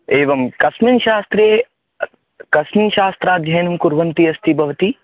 एवं कस्मिन् शास्त्रे कस्मिन् शास्त्राध्ययनं कुर्वन्ती अस्ति भवति